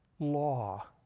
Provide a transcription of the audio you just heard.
law